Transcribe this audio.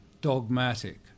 dogmatic